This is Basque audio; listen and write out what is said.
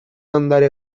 ondare